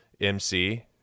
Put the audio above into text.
MC